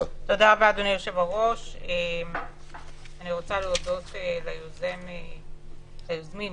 אני רוצה להודות ליוזמי הדיון.